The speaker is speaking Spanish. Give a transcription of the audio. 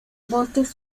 bosques